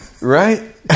right